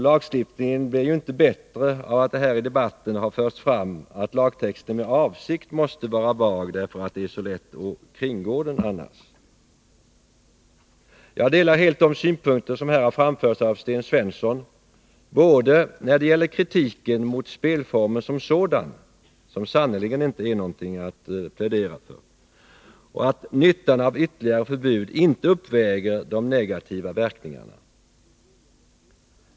Lagstiftningen blir ju inte bättre av att det här i debatten har förts fram att lagtexten med avsikt måste vara vag, därför det annars är så lätt att kringgå den. Jag delar helt de synpunkter som här har framförts av Sten Svensson både beträffande kritiken mot spelformen som sådan — som sannerligen inte är någonting att plädera för — och när det gäller synpunkten att nyttan av ytterligare förbud inte uppväger de negativa verkningarna.